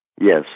yes